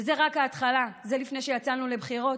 וזו רק ההתחלה, זה לפני שיצאנו לבחירות.